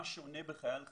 מה שונה בחייל חרדי?